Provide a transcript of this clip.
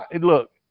look